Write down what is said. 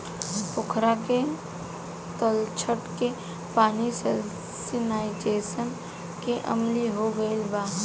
पोखरा के तलछट के पानी सैलिनाइज़ेशन से अम्लीय हो गईल बा